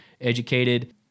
educated